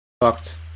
fucked